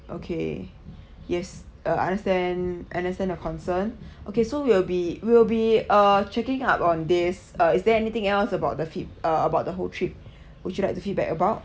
okay yes uh understand understand the concern okay so we'll be we'll be uh checking up on this uh is there anything else about the feed~ uh about the whole trip would you like to feedback about